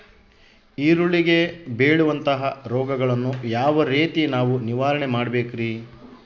ಈರುಳ್ಳಿಗೆ ಬೇಳುವಂತಹ ರೋಗಗಳನ್ನು ಯಾವ ರೇತಿ ನಾವು ನಿವಾರಣೆ ಮಾಡಬೇಕ್ರಿ?